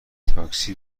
تاکسی